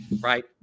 right